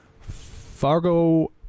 Fargo